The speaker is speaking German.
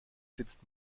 sitzt